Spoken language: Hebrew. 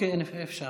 חבר הכנסת